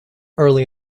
early